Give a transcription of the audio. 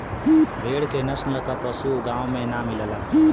भेड़ के नस्ल क पशु गाँव में ना मिलला